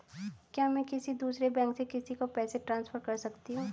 क्या मैं किसी दूसरे बैंक से किसी को पैसे ट्रांसफर कर सकती हूँ?